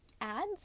ads